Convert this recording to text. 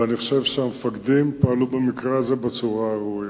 ואני חושב שהמפקדים פעלו במקרה הזה בצורה הראויה.